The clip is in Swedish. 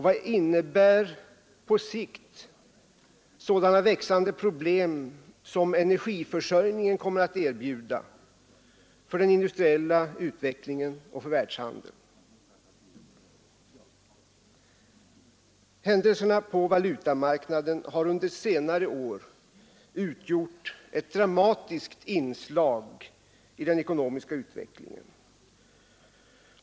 Vad innebär på sikt sådana växande problem, som energiförsörjningen kommer att erbjuda, för den industriella utvecklingen och för världshandeln? Händelserna på valutamarknaden har under senare år utgjort ett dramatiskt inslag i den ekonomiska utvecklingen.